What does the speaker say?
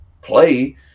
play